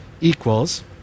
equals